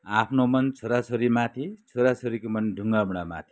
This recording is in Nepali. आफ्नो मन छोरा छोरी माथि छोरा छोरीको मन ढुङ्गा मुढामाथि